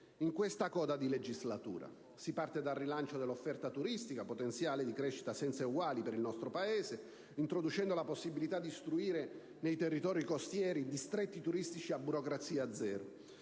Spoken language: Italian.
in questa coda di legislatura. Si parte dal rilancio dell'offerta turistica, potenziale di crescita senza eguali per il nostro Paese, introducendo la possibilità di istituire, nei territori costieri, distretti turistici a burocrazia zero,